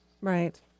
Right